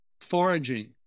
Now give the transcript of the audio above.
foraging